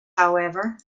however